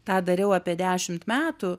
tą dariau apie dešimt metų